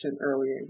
earlier